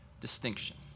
distinction